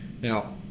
now